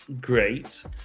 great